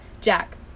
Jack